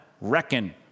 Reckon